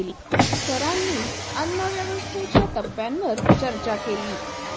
सरांनी अन्नव्यवस्थेच्या टप्प्यांवर चर्चा केली